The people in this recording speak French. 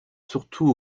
surtout